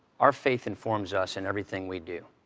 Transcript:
our faith informs us in everything we do.